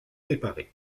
réparer